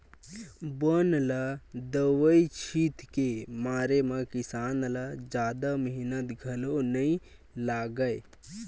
बन ल दवई छित के मारे म किसान ल जादा मेहनत घलो नइ लागय